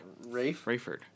Rayford